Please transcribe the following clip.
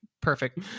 perfect